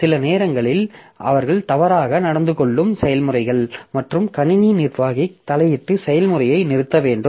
சில நேரங்களில் அவர்கள் தவறாக நடந்து கொள்ளும் செயல்முறைகள் மற்றும் கணினி நிர்வாகி தலையிட்டு செயல்முறையை நிறுத்த வேண்டும்